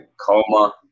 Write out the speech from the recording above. coma